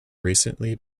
recently